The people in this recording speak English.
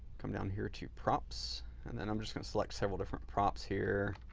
come down here to props and then i'm just going to select several different props here.